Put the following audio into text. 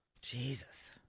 Jesus